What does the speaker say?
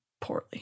poorly